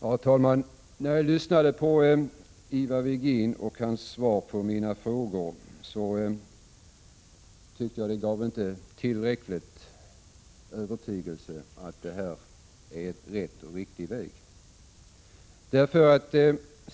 Herr talman! När jag lyssnade på Ivar Virgins svar på mina frågor, blev jag inte tillräckligt övertygad om att detta är den riktiga vägen.